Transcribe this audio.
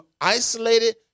isolated